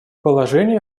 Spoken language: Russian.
положение